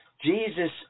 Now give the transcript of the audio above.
Jesus